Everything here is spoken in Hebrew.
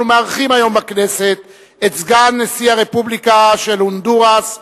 אנחנו מארחים היום בכנסת את סגן נשיא הרפובליקה של הונדורס,